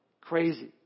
Crazy